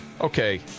Okay